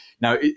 Now